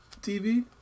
TV